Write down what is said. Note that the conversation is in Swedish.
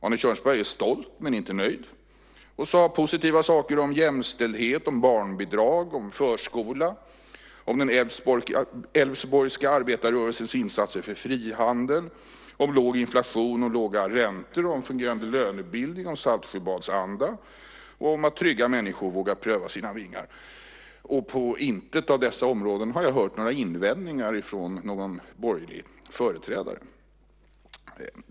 Arne Kjörnsberg är stolt men inte nöjd och sade positiva saker om jämställdhet, barnbidrag, förskola, den älvsborgska arbetarrörelsens insatser för frihandel, låg inflation och låga räntor, fungerande lönebildning, Saltsjöbadsanda och att trygga människor vågar pröva sina vingar. På intet av dessa områden har jag hört några invändningar från någon borgerlig företrädare.